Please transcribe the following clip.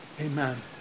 amen